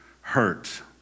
hurt